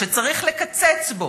שצריך לקצץ בו,